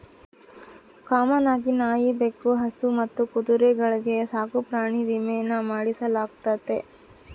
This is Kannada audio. ಕಾಮನ್ ಆಗಿ ನಾಯಿ, ಬೆಕ್ಕು, ಹಸು ಮತ್ತು ಕುದುರೆಗಳ್ಗೆ ಸಾಕುಪ್ರಾಣಿ ವಿಮೇನ ಮಾಡಿಸಲಾಗ್ತತೆ